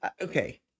Okay